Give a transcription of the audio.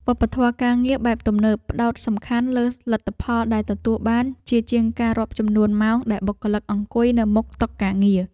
វប្បធម៌ការងារបែបទំនើបផ្ដោតសំខាន់លើលទ្ធផលដែលទទួលបានជាជាងការរាប់ចំនួនម៉ោងដែលបុគ្គលិកអង្គុយនៅមុខតុការងារ។